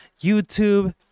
YouTube